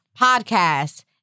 Podcast